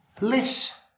less